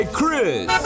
Chris